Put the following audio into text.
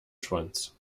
schwanz